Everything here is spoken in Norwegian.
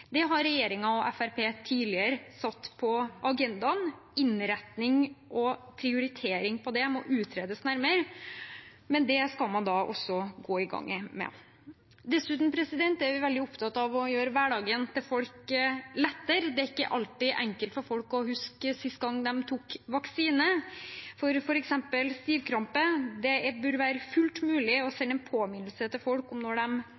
Det har regjeringen og Fremskrittspartiet tidligere satt på agendaen. Innretning og prioritering av det må utredes nærmere, men det skal man også gå i gang med. Dessuten er vi veldig opptatt av å gjøre hverdagen til folk lettere. Det er ikke alltid enkelt for folk å huske sist gang de tok vaksine, mot f.eks. stivkrampe. Det bør være fullt mulig å sende en påminnelse til folk når